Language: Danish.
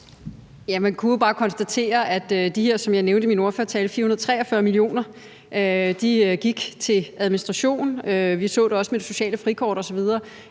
Man kunne jo bare konstatere, at de her 443 mio. kr., som jeg nævnte i min ordførertale, gik til administration. Vi så det også med det sociale frikort osv.